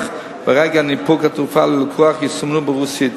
ברגע ניפוק התרופה ללקוח יסומנו ברוסית.